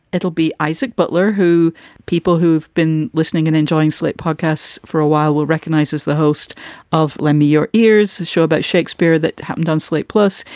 it'll be isaac butler, who people who've been listening and enjoying slate podcasts for a while will recognize as the host of lend me your ears. his show about shakespeare that happened on slate. plus,